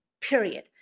period